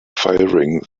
firing